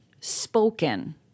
spoken